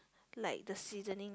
like the seasoning